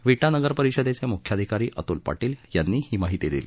विटा नगर परिषदेचे मुख्याधिकारी अतुल पाटील यांनी ही माहिती दिली